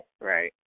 right